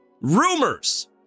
Rumors